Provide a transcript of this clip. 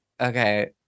okay